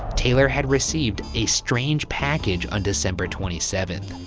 taylor had received a strange package on december twenty seventh.